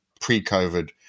pre-COVID